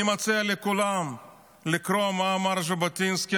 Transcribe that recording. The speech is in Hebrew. אני מציע לכולם לקרוא מה אמר ז'בוטינסקי